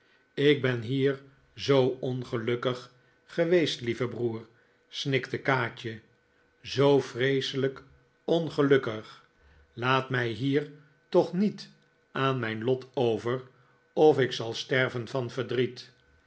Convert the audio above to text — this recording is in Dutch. ik ben hier zoo ongelukkig geweest lieve broer snikte kaatje zoo vreeselijk ongelukkig laat mij hier toch niet aan mijn lot over of ik zal sterven van verdriet